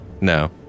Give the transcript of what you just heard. No